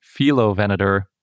Philovenator